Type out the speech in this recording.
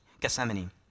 Gethsemane